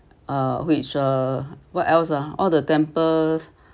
uh which uh what else ah all the temples